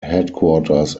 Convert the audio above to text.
headquarters